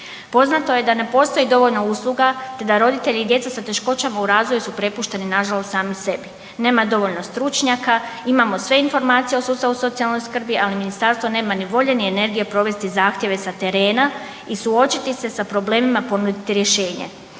Poznato je da ne postoji dovoljno usluga te da roditelji djece sa teškoćama u razvoju su prepušteni nažalost sami sebi, nema dovoljno stručnjaka, imamo sve informacije o sustavu socijalne skrbi, ali ministarstvo nema ni volje ni energije provesti zahtjeve sa terena i suočiti se sa problemima i ponuditi rješenje.